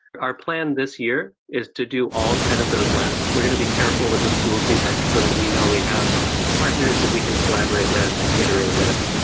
our plan this year is to do all ten of those labs. we're going to be careful with the schools we pick, so that we know we have partners that we can collaborate with and iterate with.